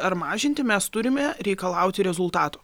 ar mažinti mes turime reikalauti rezultato